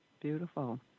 Beautiful